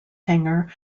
hangar